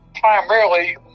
primarily